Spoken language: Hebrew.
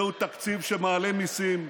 זהו תקציב שמעלה מיסים,